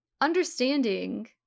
understanding